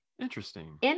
Interesting